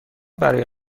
برای